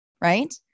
right